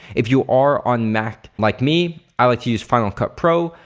if you are on mac like me i like to use final cut pro.